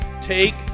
take